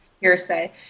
hearsay